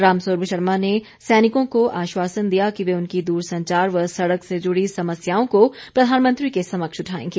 रामस्वरूप शर्मा ने सैनिकों को आश्वासन दिया कि वे उनकी दूरसंचार व सड़क से जुड़ी समस्याओं को प्रधानमंत्री के समक्ष उठाएंगे